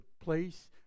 place